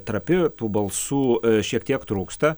trapi tų balsų šiek tiek trūksta